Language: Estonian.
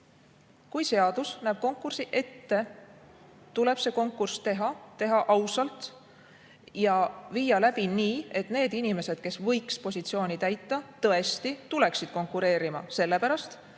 kui seadus näeb konkursi ette, tuleb see konkurss teha, teha ausalt ja viia läbi nii, et need inimesed, kes võiks positsiooni täita, tõesti tuleksid konkureerima. Nad